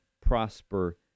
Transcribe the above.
prosper